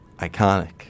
iconic